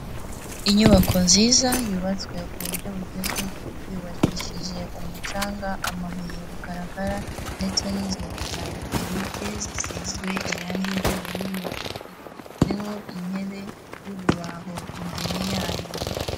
Inyubako nziza yubatswe ku buryo bugezweho yubakishije umucanga, amabuye ya rukarakara ndetse n'inzugi za metarike zisizwe irangi ry'ubururu. Iteretseho intebe y'urubaho imbere yayo.